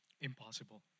impossible